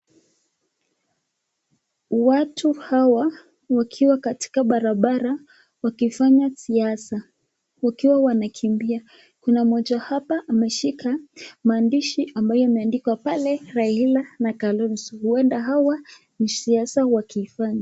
Watu hawa wakiwa katika barabara wakifanya siasa wakiwa wamekimbia. Kuna mmoja hapa ameshika maandishi ambayo imeandikwa pale raila na kalonzo huenda hawa ni siasa wakifanya.